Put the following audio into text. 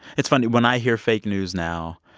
it's funny. when i hear fake news now,